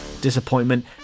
disappointment